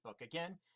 Again